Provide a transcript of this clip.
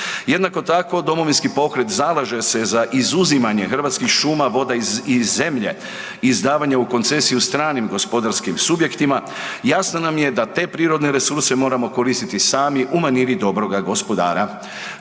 Jednako tako Domovinski pokret zalaže se za izuzimanje hrvatskih šuma, voda i zemlje izdavanje u koncesiju stranim gospodarskim subjektima. Jasno nam je da te prirodne resurse moramo koristiti sami u maniri dobroga gospodara.